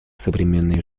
современной